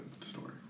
story